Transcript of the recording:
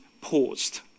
paused